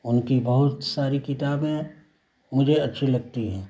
اور ان کی بہت ساری کتابیں مجھے اچھی لگتی ہیں